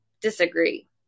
disagree